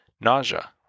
nausea